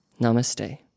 Namaste